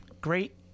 great